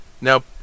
Now